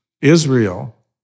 Israel